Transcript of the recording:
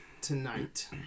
tonight